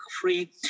free